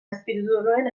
azpitituluen